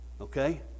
Okay